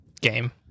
game